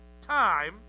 time